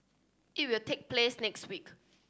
it will take place next week